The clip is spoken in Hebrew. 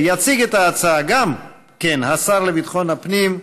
יציג את ההצעה גם כן השר לביטחון הפנים,